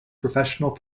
professional